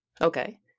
Okay